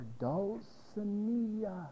Dulcinea